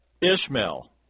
Ishmael